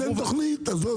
אז אין תכנית.